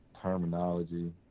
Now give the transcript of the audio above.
terminology